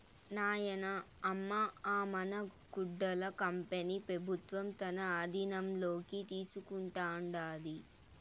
నాయనా, అమ్మ అ మన గుడ్డల కంపెనీ పెబుత్వం తన ఆధీనంలోకి తీసుకుంటాండాది